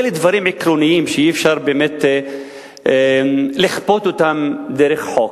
אלה דברים עקרוניים, שאי-אפשר לכפות אותם דרך חוק.